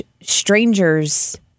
strangers